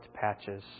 patches